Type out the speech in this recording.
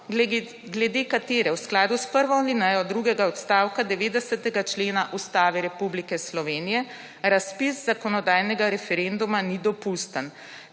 glede katere v skladu s prvo alinejo drugega odstavka 90. člena Ustave Republike Slovenije razpis zakonodajnega referenduma ni dopusten,